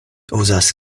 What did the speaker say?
uzas